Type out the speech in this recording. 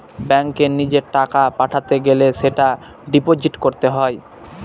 ব্যাঙ্কে নিজের টাকা পাঠাতে গেলে সেটা ডিপোজিট করতে হয়